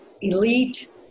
elite